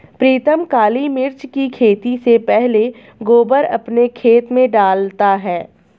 प्रीतम काली मिर्च की खेती से पहले गोबर अपने खेत में डालता है